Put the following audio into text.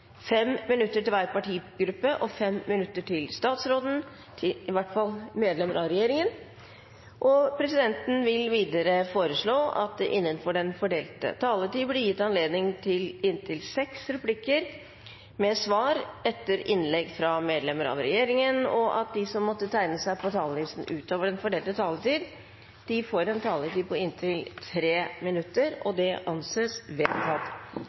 minutter til hver partigruppe og 5 minutter til medlemmer av regjeringen. Videre vil presidenten foreslå at det blir gitt anledning til inntil seks replikker med svar etter innlegg fra medlemmer av regjeringen innenfor den fordelte taletid, og at de som måtte tegne seg på talerlisten utover den fordelte taletid, får en taletid på inntil 3 minutter. – Det anses vedtatt.